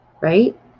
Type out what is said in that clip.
right